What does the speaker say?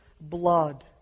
blood